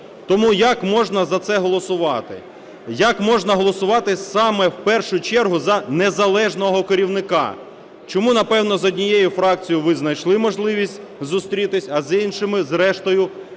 Тому як можна за це голосувати? Як можна голосувати саме в першу чергу за незалежного керівника? Чому, напевно, з однією фракцією ви знайшли можливість зустрітись, а з іншими зрештою ні?